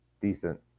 decent